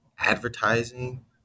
advertising